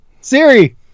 Siri